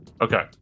Okay